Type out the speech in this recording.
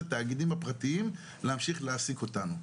התאגידים הפרטיים להמשיך להעסיק אותנו.